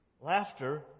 Laughter